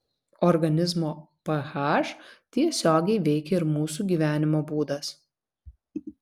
organizmo ph tiesiogiai veikia ir mūsų gyvenimo būdas